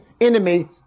enemy